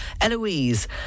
Eloise